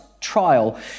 trial